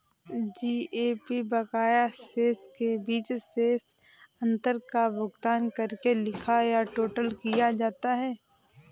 GAP बकाया शेष के बीच शेष अंतर का भुगतान करके लिखा या टोटल किया जाता है